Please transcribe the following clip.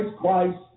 Christ